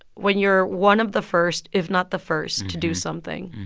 when you're one of the first, if not, the first to do something,